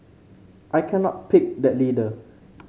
I cannot pick that leader